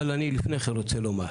אבל לפני כן אני רוצה לומר,